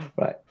Right